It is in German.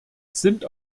sind